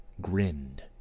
grinned